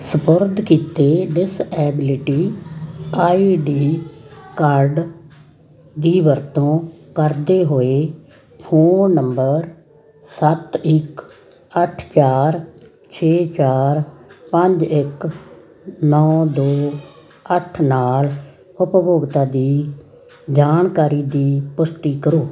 ਸਪੁਰਦ ਕੀਤੇ disability ID card ਦੀ ਵਰਤੋਂ ਕਰਦੇ ਹੋਏ ਫ਼ੋਨ ਨੰਬਰ ਸੱਤ ਇੱਕ ਅੱਠ ਚਾਰ ਛੇ ਚਾਰ ਪੰਜ ਇੱਕ ਨੌਂ ਦੋ ਅੱਠ ਨਾਲ ਉਪਭੋਗਤਾ ਦੀ ਜਾਣਕਾਰੀ ਦੀ ਪੁਸ਼ਟੀ ਕਰੋ